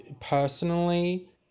personally